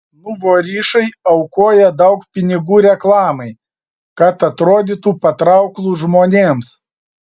nuvorišai aukoja daug pinigų reklamai kad atrodytų patrauklūs žmonėms